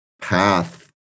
path